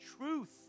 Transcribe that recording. truth